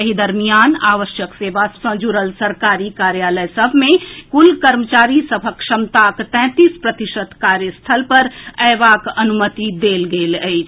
एहि दरमियान आवश्यक सेवा सऽ जुड़ल सरकारी कार्यालय सभ मे कुल कर्मचारीक क्षमताक तैंतीस प्रतिशत कार्यस्थल पर अएबाक अनुमति देल गेल अछि